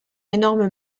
énorme